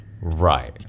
Right